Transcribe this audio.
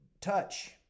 Touch